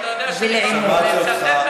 אתה יודע שלצטט מחבלים מעל דוכן הכנסת,